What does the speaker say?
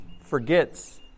forgets